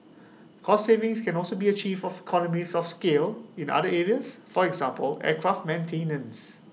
cost savings can also be achieved of economies of scale in other areas for example aircraft maintenance